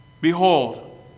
Behold